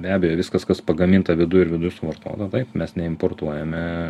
be abejo viskas kas pagaminta viduj ir viduj suvartota taip mes neimportuojame